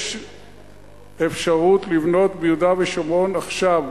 יש אפשרות לבנות ביהודה ושומרון עכשיו,